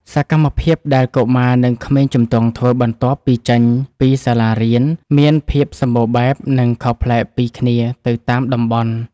សកម្មភាពដែលកុមារនិងក្មេងជំទង់ធ្វើបន្ទាប់ពីចេញពីសាលារៀនមានភាពសម្បូរបែបនិងខុសប្លែកពីគ្នាទៅតាមតំបន់។